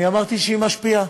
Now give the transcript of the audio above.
אני אמרתי שהיא משפיעה.